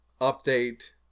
update